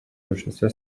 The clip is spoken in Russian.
большинстве